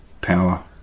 power